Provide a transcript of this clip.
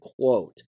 quote